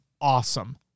awesome